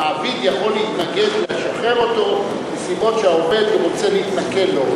המעביד יכול להתנגד לשחרר אותו מסיבות שהעובד רוצה להתנכל לו,